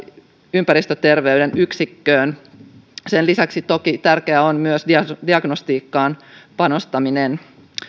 ympäristöterveyden yksikköön sen lisäksi toki tärkeää on myös diagnostiikkaan panostaminen